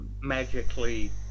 magically